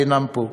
אינם פה: